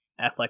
Affleck